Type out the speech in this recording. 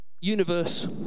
universe